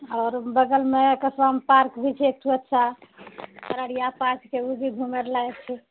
आओर बगलमे कस्बामे पार्क भी छै एकठो अच्छा अररिया पार्क छै ओ भी घुमए लायक छै